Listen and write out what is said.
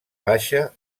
baixa